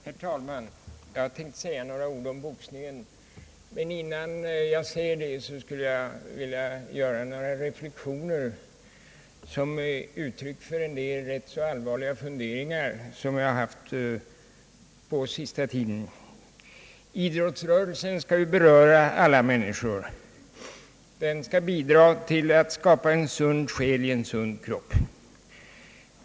Herr talman! Jag hade tänkt säga några ord om boxningen, men innan jag gör det vill jag framföra några reflexioner som ger uttryck för en del rätt allvarliga funderingar jag haft på senaste tiden. Idrotten skall ju beröra alla människor. Den skall bidra till att skapa en sund själ i en sund kropp.